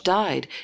died